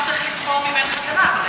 הוא צריך לבחור מבין חבריו,